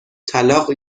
طلاق